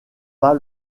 pas